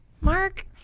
Mark